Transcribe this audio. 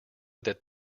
that